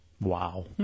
Wow